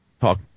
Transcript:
talk